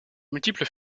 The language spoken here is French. multiples